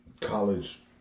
college